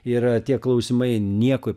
ir tie klausimai niekur